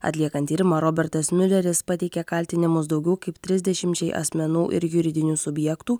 atliekant tyrimą robertas miuleris pateikė kaltinimus daugiau kaip trisdešimčiai asmenų ir juridinių subjektų